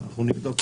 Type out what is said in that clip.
אנחנו נבדוק.